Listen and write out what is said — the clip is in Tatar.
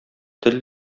тел